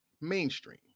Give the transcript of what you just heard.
Mainstream